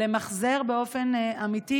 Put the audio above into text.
למחזר באופן אמיתי